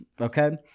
okay